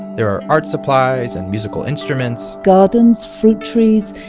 there are art supplies and musical instruments gardens, fruit trees,